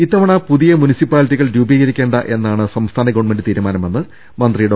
ഇത്തവണ പുതിയ മുനിസിപ്പാലിറ്റികൾ രൂപീകരിക്കേണ്ട എന്നാണ് സംസ്ഥാന ഗവൺമെന്റ് തീരുമാനമെന്ന് മന്ത്രി ഡോ